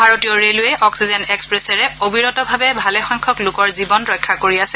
ভাৰতীয় railway oxygen এক্সপ্ৰেছেৰে অবিৰত ভাৱে ভালেসংখ্যক লোকৰ জীৱন ৰক্ষা কৰি আছে